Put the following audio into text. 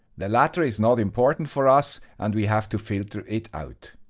the latter is not important for us, and we have to filter it out.